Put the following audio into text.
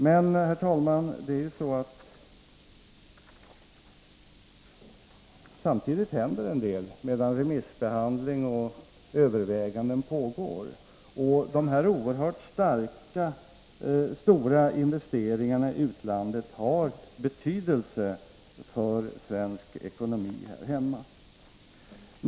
Men, herr talman, det händer en del samtidigt som remissbehandling och överväganden pågår. Dessa oerhört stora investeringar i utlandet har betydelse för svensk ekonomi här hemma.